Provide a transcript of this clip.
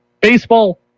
Baseball